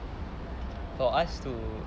for us to